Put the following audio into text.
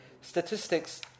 statistics